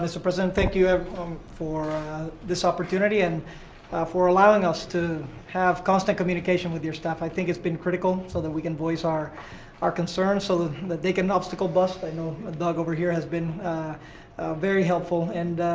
mr. president. thank you everyone um for this opportunity and for allowing us to have constant communication with your staff. i think it's been critical so that we can voice our our concerns so that that they can obstacle bust. i know doug over here has been very helpful. and,